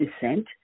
descent